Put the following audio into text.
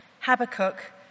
Habakkuk